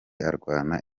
arwana